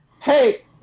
Hey